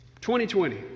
2020